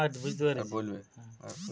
ম্যালা রকমের সব মমাছি থাক্যে যারা মধু বালাই